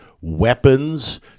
weapons